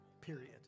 Period